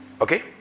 Okay